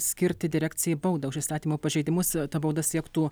skirti direkcijai baudą už įstatymo pažeidimus yra ta bauda siektų